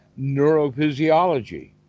neurophysiology